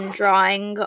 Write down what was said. drawing